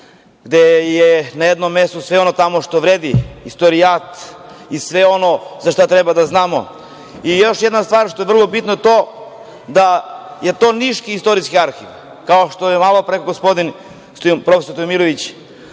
gde je na jednom mestu sve ono tamo što vredi – istorijat i sve ono za šta treba da znamo. Još jedna stvar, što je vrlo bitno, to je niški Istorijski arhiv. Kao što je malopre rekao prof. Stojmirović,